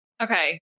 Okay